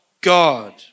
God